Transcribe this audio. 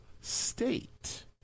state